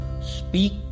Speak